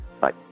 Bye